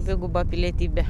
dviguba pilietybė